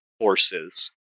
horses